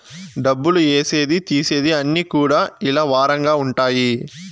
డబ్బులు ఏసేది తీసేది అన్ని కూడా ఇలా వారంగా ఉంటాయి